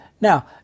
Now